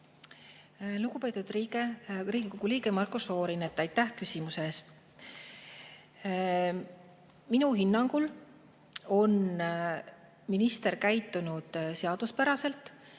Lugupeetud Riigikogu liige Marko Šorin, aitäh küsimuse eest! Minu hinnangul on minister käitunud seaduspäraselt,